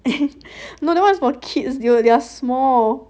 no that one is for kids dude they're small